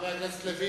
חבר הכנסת לוין,